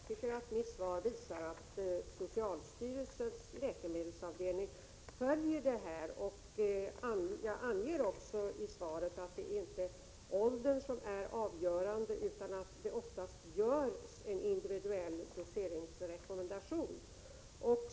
Fru talman! Jag tycker inte att jag har givit ett negativt svar. Mitt svar visar att socialstyrelsens läkemedelsavdelning följer vad som händer på det här området. Jag anger också i svaret att det inte är åldern som är avgörande utan att man ofta utfärdar en individuell doseringsrekommendation.